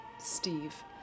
Steve